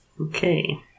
Okay